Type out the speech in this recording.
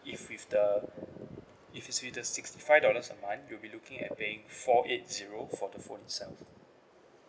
if with the if it's with the sixty five dollars a month you'll be looking at paying four eight zero for the phone itself